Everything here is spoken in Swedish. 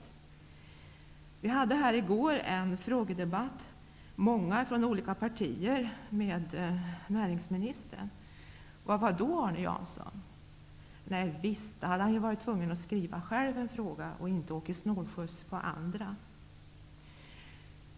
I går hade flera ledamöter från olika partier en frågedebatt här i kammaren med näringsministern. Var var då Arne Jansson? Nej visst, då hade han ju varit tvungen att själv skriva en fråga i stället för att åka snålskjuts på andra.